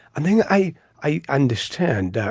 i mean, i i understand. ah